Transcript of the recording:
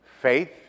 faith